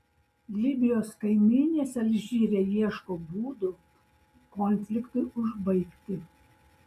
libijos kaimynės alžyre ieško būdų konfliktui užbaigti